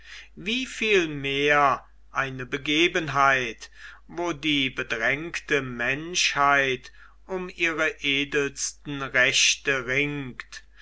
wie vielmehr eine begebenheit wo die bedrängte menschheit um ihre edelsten rechte ringt